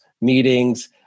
meetings